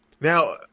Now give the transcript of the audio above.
Now